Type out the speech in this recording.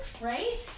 right